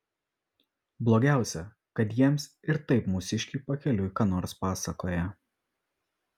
blogiausia kad jiems ir taip mūsiškiai pakeliui ką nors pasakoja